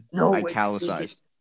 italicized